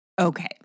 okay